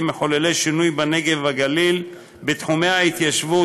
מחוללי שינוי בנגב ובגליל בתחומי ההתיישבות,